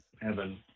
heaven